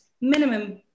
minimum